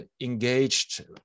engaged